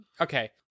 okay